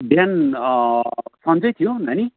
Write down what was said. बिहान सन्चै थियो नानी